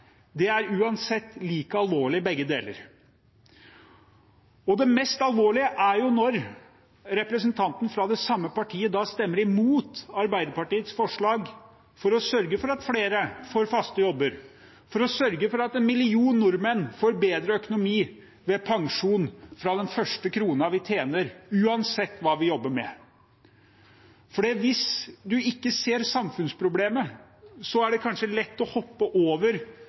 det er uansett like alvorlig begge deler. Det mest alvorlige er jo når representanten fra det samme partiet stemmer imot Arbeiderpartiets forslag om å sørge for at flere får faste jobber, sørge for at en million nordmenn får bedre økonomi ved opptjening av pensjon fra første krone vi tjener, uansett hva vi jobber med. Hvis man ikke ser samfunnsproblemet, er det kanskje lett å hoppe over